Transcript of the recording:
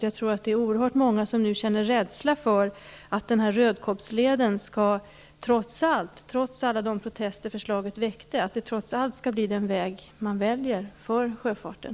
Jag tror att det är oerhört många som nu känner rädsla för att Rödkobbsleden, trots alla de protester förslaget har väckt, skall bli den väg man väljer för sjöfarten.